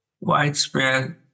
widespread